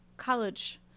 College